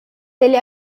ele